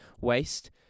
waste